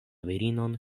virinon